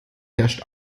herrscht